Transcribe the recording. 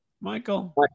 Michael